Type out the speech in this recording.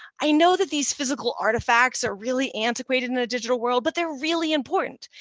i know that these physical artifacts are really antiquated in a digital world, but they're really important.